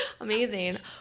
amazing